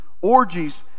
orgies